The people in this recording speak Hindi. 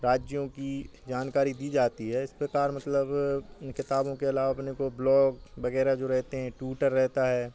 राज्यों की जानकारी दी जाती है इस प्रकार मतलब इन किताबों के अलावा अपने को ब्लॉग वग़ैरह जो रहते हैं टुटर रहता है